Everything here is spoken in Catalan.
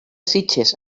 sitges